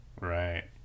Right